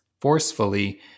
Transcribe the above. forcefully